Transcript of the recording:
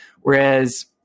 Whereas